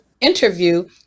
interview